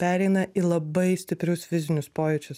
pereina į labai stiprius fizinius pojūčius